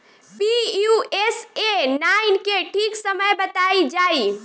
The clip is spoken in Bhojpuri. पी.यू.एस.ए नाइन के ठीक समय बताई जाई?